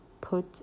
put